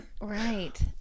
Right